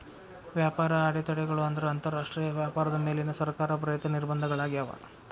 ವ್ಯಾಪಾರ ಅಡೆತಡೆಗಳು ಅಂದ್ರ ಅಂತರಾಷ್ಟ್ರೇಯ ವ್ಯಾಪಾರದ ಮೇಲಿನ ಸರ್ಕಾರ ಪ್ರೇರಿತ ನಿರ್ಬಂಧಗಳಾಗ್ಯಾವ